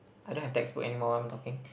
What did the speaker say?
I don't have textbook anymore what am I talking